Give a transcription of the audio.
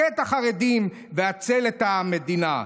הכה את החרדים, והצל את המדינה.